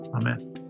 Amen